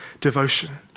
devotion